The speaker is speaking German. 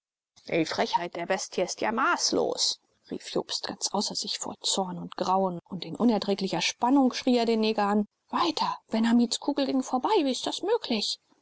die frechheit der bestie ist ja maßlos rief jobst ganz außer sich vor zorn und grauen und in unerträglicher spannung schrie er den neger an weiter ben hamids kugel ging vorbei wie ist das möglich